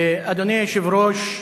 אדוני היושב-ראש,